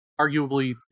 arguably